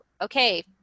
okay